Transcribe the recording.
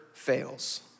fails